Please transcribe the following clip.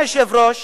אדוני היושב-ראש,